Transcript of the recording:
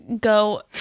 go